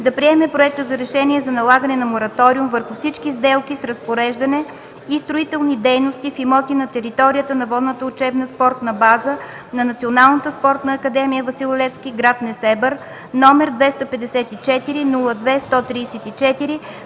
да приеме проекта за Решение за налагане на мораториум върху всички сделки на разпореждане и строителни дейности в имоти на територията на Водна учебна спортна база на Национална спортна академия „Васил Левски” – град Несебър, № 254-02-134,